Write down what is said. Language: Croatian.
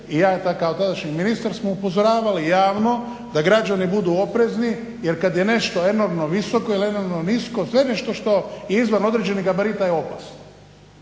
i ja kao tadašnji ministar smo upozoravali javno da građani budu oprezni jer kad je nešto enormno visoko ili enormno nisko sve nešto što je izvan određenih gabarita je opasno